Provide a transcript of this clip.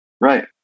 right